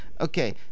okay